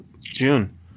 June